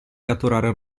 catturare